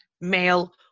male